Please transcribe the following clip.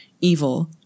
evil